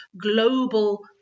global